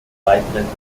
weitere